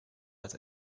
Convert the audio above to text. als